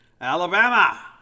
Alabama